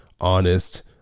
honest